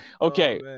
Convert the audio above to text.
okay